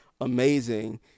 amazing